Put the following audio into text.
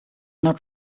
not